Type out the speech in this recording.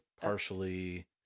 partially